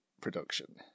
production